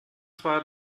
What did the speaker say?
zwar